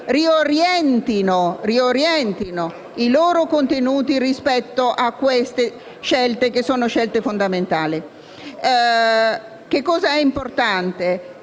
riorientino i propri contenuti rispetto a scelte che sono fondamentali. Che cosa è importante?